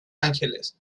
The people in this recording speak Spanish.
ángeles